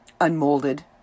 unmolded